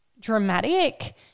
dramatic